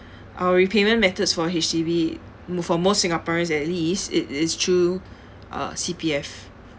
our repayment methods for H_D_B mo~ for most singaporeans at least it is through uh C_P_F